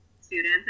students